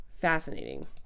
fascinating